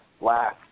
last